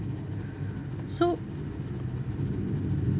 so